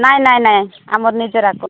ନାଇଁ ନାଇଁ ଆମର ନିଜର ଆକ